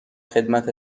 خدمت